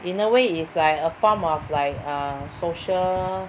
in a way is like a form of like a social